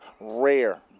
rare